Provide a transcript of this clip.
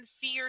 fear